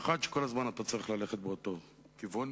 האחת, שכל הזמן אתה צריך ללכת באותו כיוון